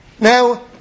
Now